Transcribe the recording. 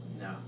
No